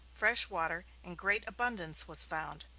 fresh water, in great abundance, was found.